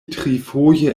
trifoje